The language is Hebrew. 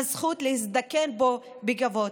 לזכות להזדקן פה בכבוד.